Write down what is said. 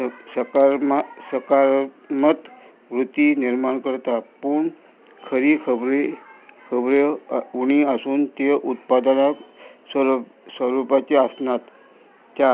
स सकार सकारमत वृत्ती निर्माण करता पूण खरी खबरी खबऱ्यो उणी आसून त्यो उत्पादनांक सर स्वरुपाची आसनात चार